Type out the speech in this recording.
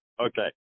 Okay